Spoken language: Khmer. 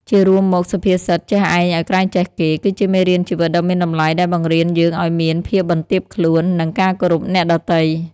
ជារួមមក សុភាសិត "ចេះឯងឲ្យក្រែងចេះគេ" គឺជាមេរៀនជីវិតដ៏មានតម្លៃ ដែលបង្រៀនយើងឲ្យមាន ភាពបន្ទាបខ្លួន និងការគោរពអ្នកដទៃ។